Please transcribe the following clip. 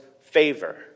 favor